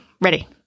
Ready